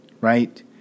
right